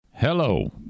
Hello